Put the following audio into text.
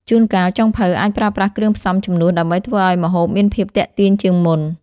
ជួនកាលចុងភៅអាចប្រើប្រាស់គ្រឿងផ្សំជំនួសដើម្បីធ្វើឲ្យម្ហូបមានភាពទាក់ទាញជាងមុន។